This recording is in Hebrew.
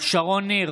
שרון ניר,